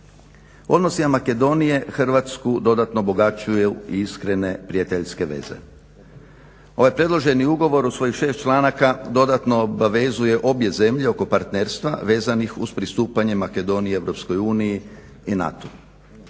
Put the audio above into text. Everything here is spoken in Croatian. odnosima Makedonije Hrvatsku dodatno obogaćuje iskrene prijateljske veze. Ovaj predloženi ugovor u svojih 6 članaka dodatno obavezuje obje zemlje oko partnerstva vezanih uz pristupanje Makedonije EU i NATO-u.